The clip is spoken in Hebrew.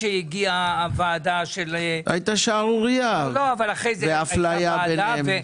הייתה שערורייה ואפליה ביניהם.